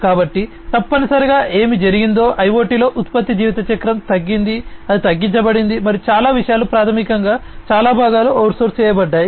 కాబట్టి తప్పనిసరిగా ఏమి జరిగిందో IoT లో ఉత్పత్తి జీవిత చక్రం తగ్గింది అది తగ్గించబడింది మరియు చాలా విషయాలు ప్రాథమికంగా చాలా భాగాలు అవుట్సోర్స్ చేయబడ్డాయి